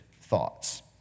thoughts